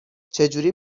چجوری